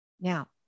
Now